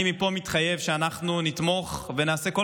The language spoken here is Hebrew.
אני מפה מתחייב שאנחנו נתמוך ונעשה כל